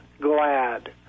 glad